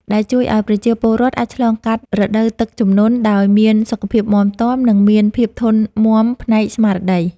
ដែលជួយឱ្យប្រជាពលរដ្ឋអាចឆ្លងកាត់រដូវទឹកជំនន់ដោយមានសុខភាពមាំទាំ និងមានភាពធន់មាំផ្នែកស្មារតី។